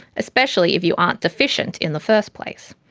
especially if you aren't deficient in the first place.